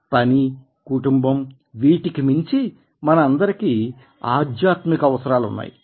పని కుటుంబం వీటికి మించి మన అందరికీ ఆధ్యాత్మిక అవసరాలు ఉన్నాయి